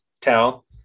tell